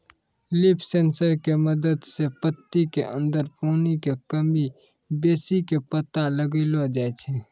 leaf sensor के मदद सॅ पत्ती के अंदर पानी के कमी बेसी के पता लगैलो जाय छै